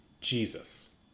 Jesus